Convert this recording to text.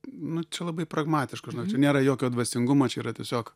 nu čia labai pragmatiška čia nėra jokio dvasingumo čia yra tiesiog